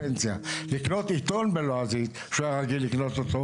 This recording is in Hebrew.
לקנות עיתון בלועזית שאותו הוא היה רגיל לקנות,